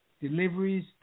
deliveries